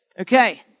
Okay